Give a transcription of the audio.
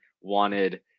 wanted